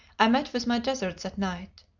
i met with my deserts that night.